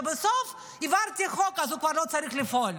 ובסוף העברתי חוק אז הוא כבר לא צריך לפעול.